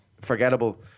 forgettable